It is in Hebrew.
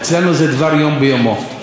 אצלנו זה דבר יום ביומו.